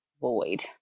void